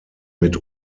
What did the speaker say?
mit